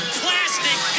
plastic